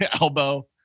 elbow